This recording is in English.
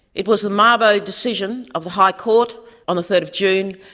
it was the mabo decision of the high court on the third of june,